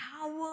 power